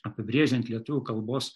apibrėžiant lietuvių kalbos